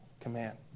command